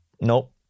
Nope